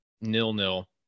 nil-nil